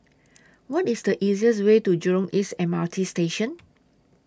What IS The easiest Way to Jurong East M R T Station